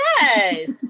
yes